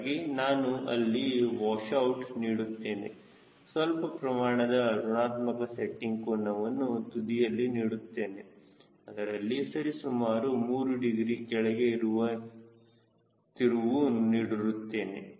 ಹೀಗಾಗಿ ನಾನು ಅಲ್ಲಿ ವಾಶ್ ಔಟ್ ನೀಡುತ್ತೇನೆ ಸ್ವಲ್ಪ ಪ್ರಮಾಣದ ಋಣಾತ್ಮಕ ಸೆಟ್ಟಿಂಗ್ ಕೋನವನ್ನು ತುದಿಯಲ್ಲಿ ನೀಡುತ್ತೇನೆ ಅದರಲ್ಲಿ ಸರಿಸುಮಾರು 3 ಡಿಗ್ರಿ ಕೆಳಗೆ ತಿರುವು ನೀಡಿರುತ್ತೇನೆ